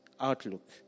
outlook